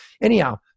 anyhow